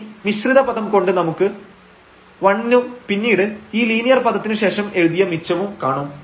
ഇനി മിശ്രിത പദം കൊണ്ട് നമുക്ക് 1 നും പിന്നീട് ഈ ലീനിയർ പദത്തിനു ശേഷം എഴുതിയ മിച്ചവും കാണും